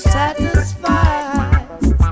satisfied